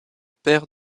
père